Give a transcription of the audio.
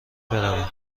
بروم